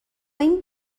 این